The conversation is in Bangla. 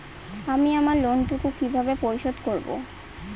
আমি আমার লোন টুকু কিভাবে পরিশোধ করব?